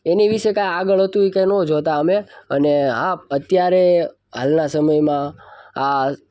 એની વિશે કાંઈ આગળ હતું એ કાંઈ ન જોતાં અમે અને હા અત્યારે હાલના સમયમાં આ